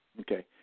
Okay